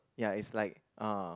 ya it's like uh